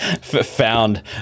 found